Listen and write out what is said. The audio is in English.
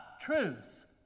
truth